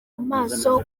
amaso